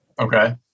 Okay